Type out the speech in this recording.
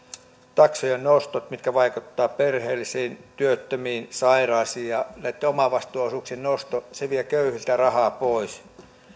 taksojen nostot mitkä vaikuttavat perheellisiin työttömiin sairaisiin ja näitten omavastuuosuuksien nosto vievät köyhiltä rahaa pois